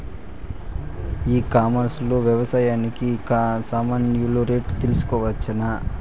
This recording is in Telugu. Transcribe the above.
ఈ కామర్స్ లో వ్యవసాయానికి సామాన్లు రేట్లు తెలుసుకోవచ్చునా?